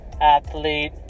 athlete